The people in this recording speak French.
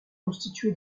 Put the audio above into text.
constitué